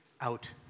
out